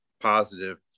positive